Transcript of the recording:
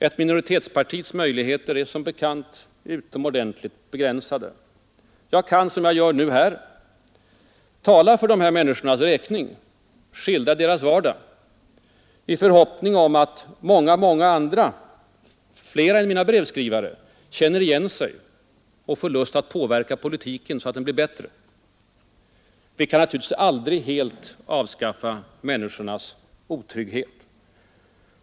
Ett minoritetspartis möjligheter är som bekant utomordentligt begränsade. Jag kan — som jag nu gör här — tala för de här människornas räkning och skildra deras vardag i förhoppning om att många, många flera än mina brevskrivare känner igen sig och får lust att påverka politiken så att den blir bättre. Vi kan naturligtvis aldrig helt avskaffa människornas otrygghet.